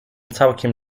całkiem